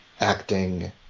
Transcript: acting